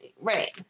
right